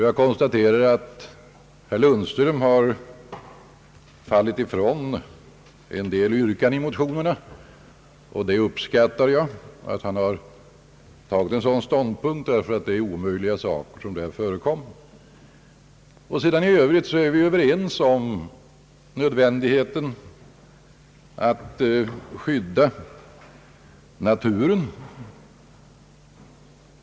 Jag konstaterar att herr Lundström har tagit tillbaka en del yrkanden i motionerna. Jag uppskattar att han tagit en sådan ståndpunkt, eftersom det är omöjliga saker som där framförs. I övrigt är vi överens om nödvändigheten att skydda naturen.